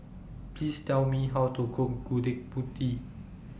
Please Tell Me How to Cook Gudeg Putih